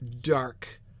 dark